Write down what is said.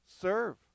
serve